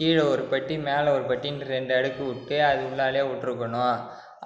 கீழே ஒரு பெட்டி மேலே ஒரு பெட்டினு ரெண்டு அடுக்கு விட்டு அது உள்ளாலையே விட்ருக்கணும்